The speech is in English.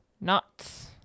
nuts